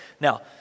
now